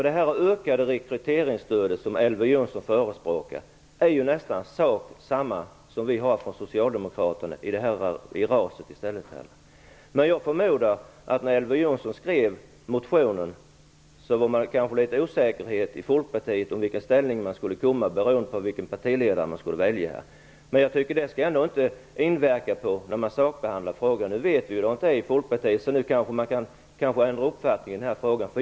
Det utökade rekryteringsstöd som Elver Jonsson föreslår är nästan samma sak som RAS, som vi socialdemokrater har föreslagit. Jag förmodar att det när Elver Jonsson skrev motionen fanns litet osäkerhet i Folkpartiet om i vilken ställning man skulle komma, beroende på vilken partiledare man skulle välja. Men jag tycker ändå inte att det skall inverka på sakbehandlingen av frågan. Nu vet vi hur det är i Folkpartiet, så nu kanske man kan ändra uppfattning i frågan.